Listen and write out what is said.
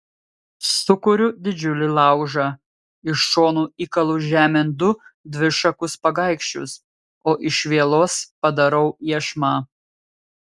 sukuriu didžiulį laužą iš šonų įkalu žemėn du dvišakus pagaikščius o iš vielos padarau iešmą